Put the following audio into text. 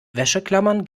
wäscheklammern